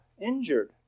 injured